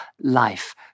life